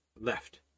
left